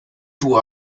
two